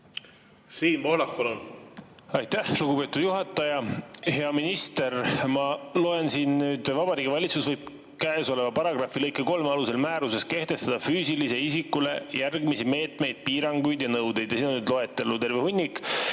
Siim Pohlak, palun! Aitäh, lugupeetud juhataja! Hea minister! Ma loen siit nüüd nii: "Vabariigi Valitsus võib käesoleva paragrahvi lõike 3 alusel määruses kehtestada füüsilisele isikule järgmisi meetmeid, piiranguid ja nõudeid." Ja siin on loetelu, terve hunnik.